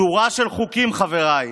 שורה של חוקים, חבריי,